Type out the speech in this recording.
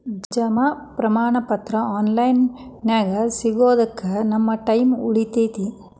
ಜಮಾ ಪ್ರಮಾಣ ಪತ್ರ ಆನ್ ಲೈನ್ ನ್ಯಾಗ ಸಿಗೊದಕ್ಕ ನಮ್ಮ ಟೈಮ್ ಉಳಿತೆತಿ